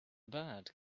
bird